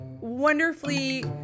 wonderfully